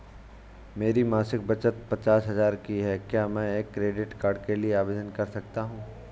मेरी मासिक बचत पचास हजार की है क्या मैं क्रेडिट कार्ड के लिए आवेदन कर सकता हूँ?